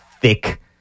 thick